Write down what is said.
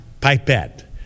pipette